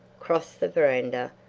crossed the veranda,